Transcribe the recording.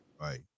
Right